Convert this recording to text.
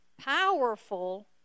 powerful